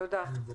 תודה רבה.